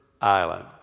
island